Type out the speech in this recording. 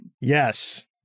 yes